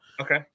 Okay